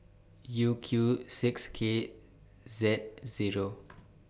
U Q six K Z Zero